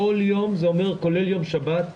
כל יום זה אומר כולל יום שבת,